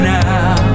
now